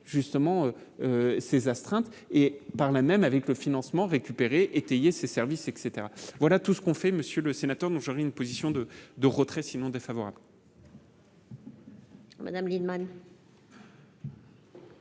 justement ces astreintes et par là même, avec le financement récupérer étayer ses services etc, voilà tout ce qu'on fait, monsieur le sénateur, donc j'avais une position de de retrait sinon défavorable. Madame Lienemann.